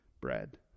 bread